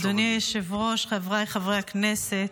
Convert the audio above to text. אדוני היושב-ראש, חבריי חברי הכנסת,